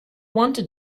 wanted